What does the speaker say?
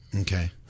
Okay